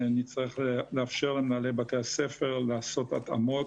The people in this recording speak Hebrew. נצטרך לאפשר למנהלי בתי הספר לעשות התאמות,